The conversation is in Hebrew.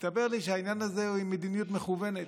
הסתבר לי שהעניין הזה הוא מדיניות מכוונת.